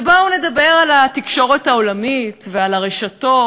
ובואו נדבר על התקשורת העולמית ועל הרשתות.